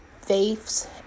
faiths